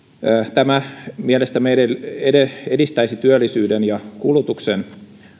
tämä mielestämme edistäisi työllisyyden ja kulutuksen